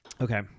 Okay